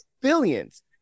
billions